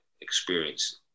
experience